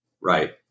Right